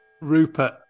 Rupert